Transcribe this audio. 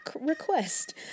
request